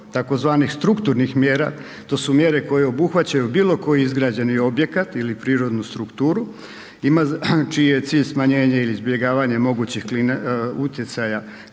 tzv. strukturnih mjera, to su mjere koje obuhvaćaju bilo koji izgrađeni objekat ili prirodnu strukturu, ima, čiji je cilj smanjenje ili izbjegavanje mogućih utjecaja